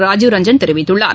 ராஜீவ் ரஞ்சன் தெரிவித்துள்ளார்